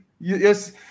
Yes